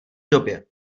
době